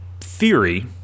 theory